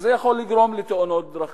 וזה יכול לגרום לתאונות דרכים.